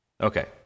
Okay